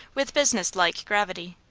with business-like gravity.